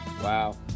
wow